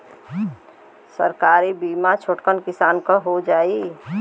सरकारी बीमा छोटकन किसान क हो जाई?